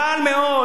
קל מאוד,